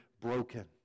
broken